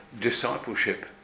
discipleship